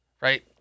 right